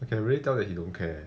you can really tell that he don't care